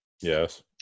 Yes